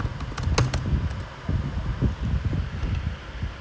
ya I mean I only have one month then my அப்பா:appa is going to do something useful so